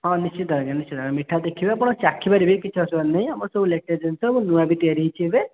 ହଁ ନିଶ୍ଚିତ ଆଜ୍ଞା ନିଶ୍ଚିତ ଆଜ୍ଞା ମିଠା ଦେଖିବେ ଆପଣ ଚାଖିପାରିବେ କିଛି ଅସୁବିଧା ନାହିଁ ଆମର ସବୁ ଲେଟେଷ୍ଟ୍ ଜିନିଷ ସବୁ ନୂଆ ବି ତିଆରି ହୋଇଛି ଏବେ